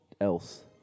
else